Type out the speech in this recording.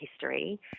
history